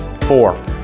Four